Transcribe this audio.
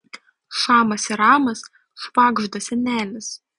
šamas ir ramas švagžda senelis